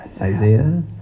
Isaiah